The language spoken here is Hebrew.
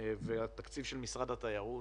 והתקציב של משרד התיירות,